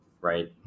right